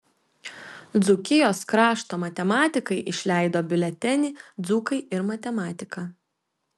dzūkijos krašto matematikai išleido biuletenį dzūkai ir matematika